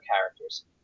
characters